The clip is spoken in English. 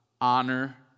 honor